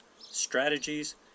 strategies